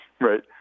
right